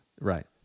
Right